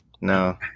No